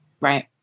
Right